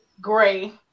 gray